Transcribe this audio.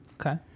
Okay